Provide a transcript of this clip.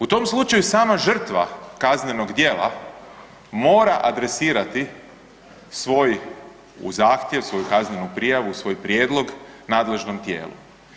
U tom slučaju sama žrtva kaznenog djela mora adresirati svoj u zahtjev svoju kaznenu prijavu, svoj prijedlog nadležnom tijelu.